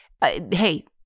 hey